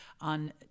on